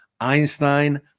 Einstein